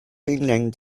england